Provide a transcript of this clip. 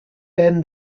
then